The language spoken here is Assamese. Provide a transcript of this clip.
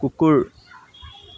কুকুৰ